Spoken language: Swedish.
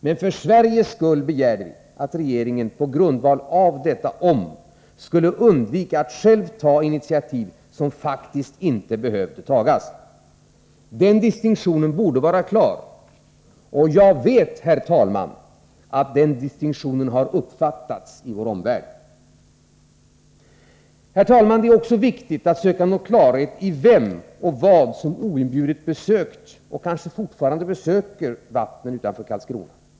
Men för Sveriges skull begärde vi att regeringen, på grundval av detta ”om”', skulle undvika att själv ta initiativ som faktiskt icke behövde tas. Den distinktionen borde vara klar. Jag vet, herr talman, att den distinktionen har uppfattats i vår omvärld. Herr talman! Det är också viktigt att söka nå klarhet i vem och vad som oinbjudet besökt — och kanske fortfarande besöker — vattnen utanför Karlskrona.